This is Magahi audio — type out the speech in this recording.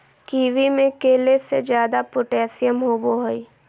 कीवी में केले से ज्यादा पोटेशियम होबो हइ